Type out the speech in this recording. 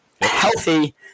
Healthy